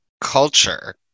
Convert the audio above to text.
culture